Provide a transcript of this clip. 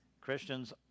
Christians